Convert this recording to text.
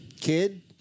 Kid